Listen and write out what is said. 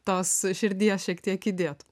tos širdies šiek tiek įdėt